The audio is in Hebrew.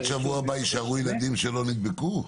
עד שבוע הבא יישארו ילדים שלא נדבקו?